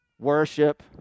worship